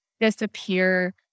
Disappear